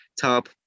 top